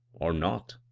or not.